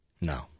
No